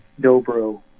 Dobro